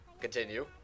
Continue